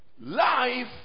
Life